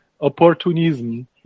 opportunism